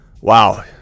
Wow